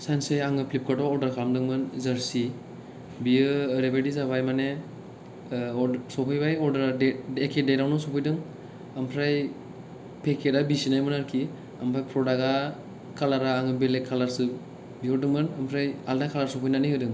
सानसे आङो प्लिपकार्टआव अरदार खालामदोंमोन जार्सि बियो ओरैबायदि जाबाय माने सफैबाय अरदारा एखे देथ आवनो सफैदों ओमफ्राय फेखेथआ बिसिनायमोन आरोखि ओमफ्राय प्रदागआ खालारा आङो बेलेग खालारसो बिहरदोंमोन ओमफ्राय आलदा खालार सफैनानै होदों